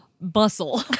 Bustle